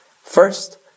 First